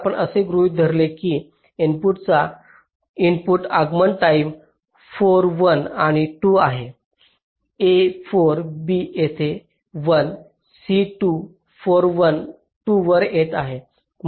जर आपण असे गृहित धरले की इनपुटचा इनपुट आगमन टाईम 4 1 आणि 2 आहे a 4 b येथे 1 c 2 4 1 2 वर येत आहे